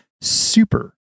super